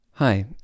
Hi